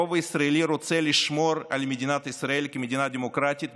הרוב הישראלי רוצה לשמור על מדינת ישראל כמדינה דמוקרטית,